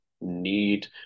need